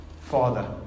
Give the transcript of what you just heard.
father